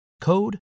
code